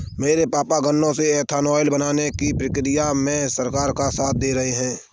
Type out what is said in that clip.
मेरे पापा गन्नों से एथानाओल बनाने की प्रक्रिया में सरकार का साथ दे रहे हैं